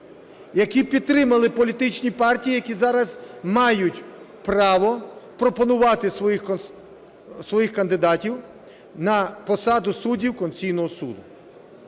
які підтримали політичні партії, які зараз мають право пропонувати своїх кандидатів на посаду суддів Конституційного Суду.